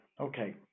Okay